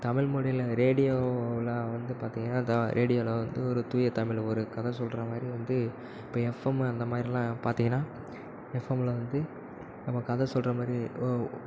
தமிழ்மொழியில ரேடியோவில் வந்து பார்த்திங்கனா இதா ரேடியோவில் வந்து ஒரு தூய தமிழ் ஒரு கதை தமிழ்றமாதிரி வந்து இப்போ எப்ஃஎம் அந்தமாதிரிலாம் பார்த்திங்கனா எப்ஃஎம்மில் வந்து நம்ம கதை சொல்ற மாரி